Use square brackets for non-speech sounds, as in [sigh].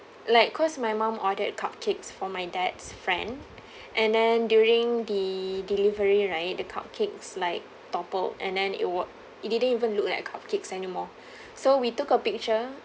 like cause my mum ordered cupcakes for my dad's friend and then during the delivery right the cupcakes like toppled and then it was it didn't even look like cupcakes anymore [breath] so we took a picture